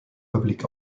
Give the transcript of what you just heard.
public